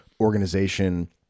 organization